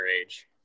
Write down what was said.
age